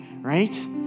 right